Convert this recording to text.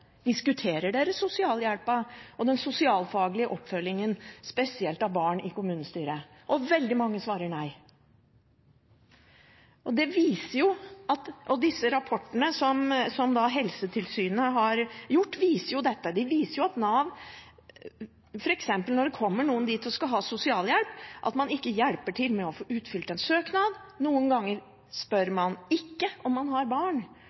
Diskuterer dere sosialhjelpen og den sosialfaglige oppfølgingen, spesielt av barn, i kommunestyret? Veldig mange svarer nei. Og disse rapportene som Helsetilsynet har laget, viser jo dette; de viser at når det f.eks. kommer noen til Nav og skal ha sosialhjelp, får man ikke hjelp til å få utfylt en søknad. Noen ganger spør man ikke om man har barn,